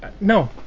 No